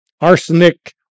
Arsenic